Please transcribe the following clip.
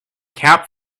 cap